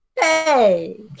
Hey